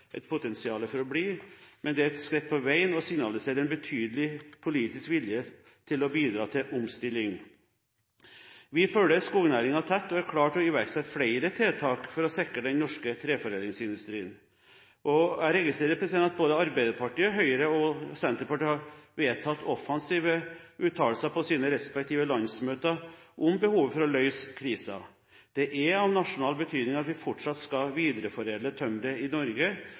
å bli, men det er et skritt på veien og signaliserer en betydelig politisk vilje til å bidra til omstilling. Vi følger skognæringen tett og er klare til å iverksette flere tiltak for å sikre den norske treforedlingsindustrien. Jeg registrerer at Arbeiderpartiet, Høyre og Senterpartiet har vedtatt offensive uttalelser på sine respektive landsmøter om behovet for å løse krisen. Det er av nasjonal betydning at vi fortsatt skal videreforedle tømmeret i Norge,